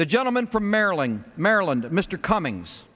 the gentleman from maryland maryland mr cummings